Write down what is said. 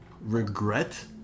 regret